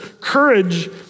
courage